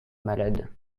malade